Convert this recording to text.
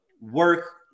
work